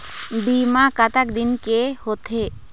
बीमा कतक दिन के होते?